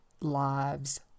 lives